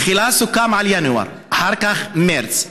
תחילה סוכם על ינואר, אחר כך מרס.